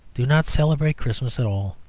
do not celebrate christmas at all.